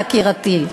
יקירתי.